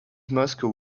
muscle